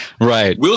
Right